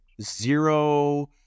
zero